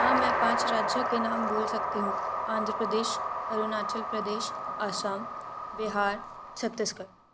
हाँ मैं पाँच राज्यों के नाम बोल सकती हूँ आन्ध्र प्रदेश अरुणाचल प्रदेश असम बिहार छत्तीसगढ़